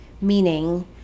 Meaning